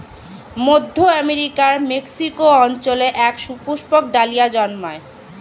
মধ্য আমেরিকার মেক্সিকো অঞ্চলে এক সুপুষ্পক ডালিয়া জন্মায়